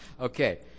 Okay